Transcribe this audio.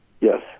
yes